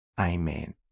Amen